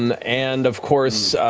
and and of course,